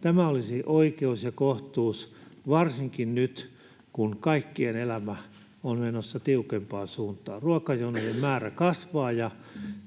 Tämä olisi oikeus ja kohtuus — varsinkin nyt, kun kaikkien elämä on menossa tiukempaan suuntaan. Ruokajonojen määrä kasvaa.